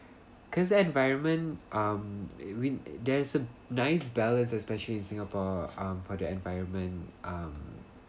cause environment um whe~ there is a nice balance especially in singapore um for the environment um